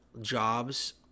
jobs